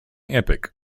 epic